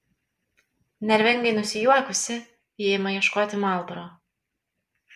nervingai nusijuokusi ji ima ieškoti marlboro